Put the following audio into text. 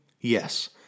Yes